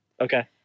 Okay